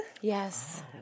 yes